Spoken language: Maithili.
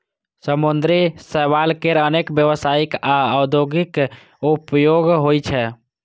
समुद्री शैवाल केर अनेक व्यावसायिक आ औद्योगिक उपयोग होइ छै